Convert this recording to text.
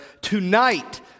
Tonight